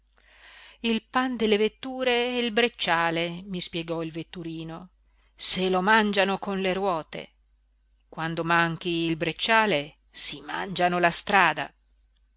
il pan delle vetture è il brecciale mi spiegò il vetturino se lo mangiano con le ruote quando manchi il brecciale si mangiano la strada